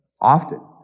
often